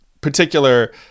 particular